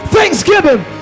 Thanksgiving